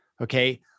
Okay